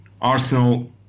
Arsenal